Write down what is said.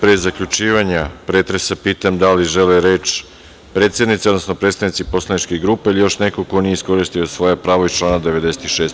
Pre zaključivanja pretresa pitam da li žele reč predsednici, odnosno predstavnici poslaničke grupe ili još neko ko nije iskoristio svoje pravo iz člana 96.